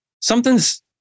something's